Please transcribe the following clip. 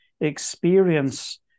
experience